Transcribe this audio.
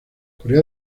corea